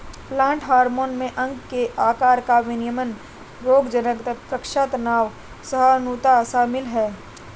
plant hormone में अंग के आकार का विनियमन रोगज़नक़ रक्षा तनाव सहिष्णुता शामिल है